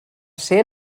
ser